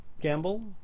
Gamble